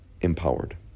empowered